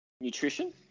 nutrition